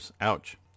Ouch